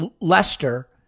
Leicester